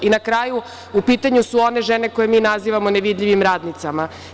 I na kraju, u pitanju su one žene koje mi nazivamo nevidljivim radnicama.